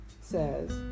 says